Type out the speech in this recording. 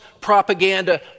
propaganda